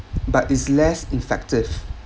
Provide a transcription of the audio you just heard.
but is less effective